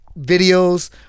videos